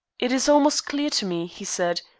it is almost clear to me, he said,